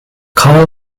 call